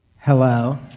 Hello